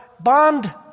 bond